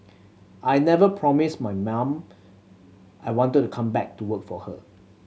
I never promised my ma'am I wanted to come back to work for her